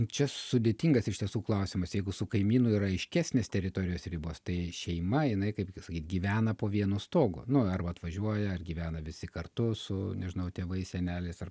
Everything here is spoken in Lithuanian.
čia sudėtingas iš tiesų klausimas jeigu su kaimynu yra aiškesnės teritorijos ribos tai šeima jinai kaip sakyt gyvena po vienu stogu nu arba atvažiuoja ar gyvena visi kartu su nežinau tėvais seneliais ar